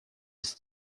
ist